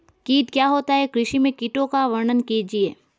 कीट क्या होता है कृषि में कीटों का वर्णन कीजिए?